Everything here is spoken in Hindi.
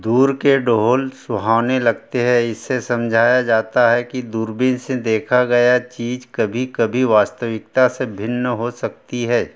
दूर के ढोल सुहावने लगते हैं इसे समझाया जाता है कि दूरबीन से देखा गया चीज कभी कभी वास्तविकता से भिन्न हो सकती है